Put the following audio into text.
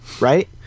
right